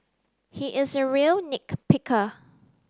he is a real nit picker